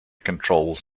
controls